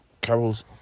carols